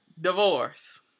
Divorce